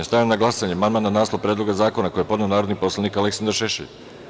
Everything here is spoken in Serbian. Stavljam na glasanje amandman na naslov Predloga zakona koji je podneo narodni poslanik Aleksandar Šešelj.